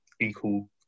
equal